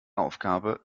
aufgabe